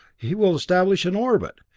he will establish an orbit!